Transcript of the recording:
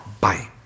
Bye